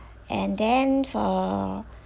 and then for